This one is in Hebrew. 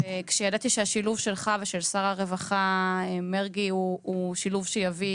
כשידעתי שהשילוב שלך ושל שר הרווחה מרגי הוא שילוב שיביא